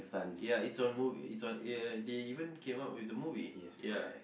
ya it's on movie it's on ya they even came up with a movie ya